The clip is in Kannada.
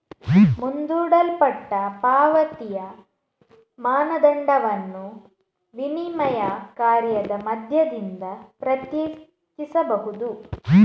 ಮುಂದೂಡಲ್ಪಟ್ಟ ಪಾವತಿಯ ಮಾನದಂಡವನ್ನು ವಿನಿಮಯ ಕಾರ್ಯದ ಮಾಧ್ಯಮದಿಂದ ಪ್ರತ್ಯೇಕಿಸಬಹುದು